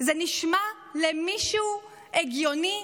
זה נשמע למישהו הגיוני?